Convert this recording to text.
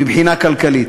מבחינה כלכלית.